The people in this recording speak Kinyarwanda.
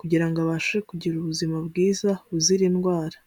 kugira ngo abashe kugira ubuzima bwiza buzira indwara.